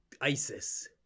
ISIS